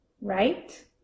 right